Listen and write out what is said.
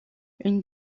une